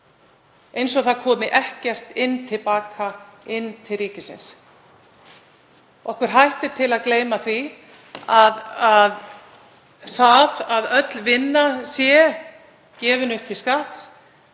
eins og það komi ekkert inn til baka til ríkisins. Okkur hættir til að gleyma því að það að öll vinna sé gefin upp til skatts